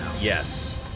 Yes